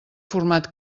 format